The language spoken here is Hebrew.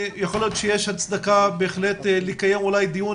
יכול להיות שיש הצדקה בהחלט לקיים דיון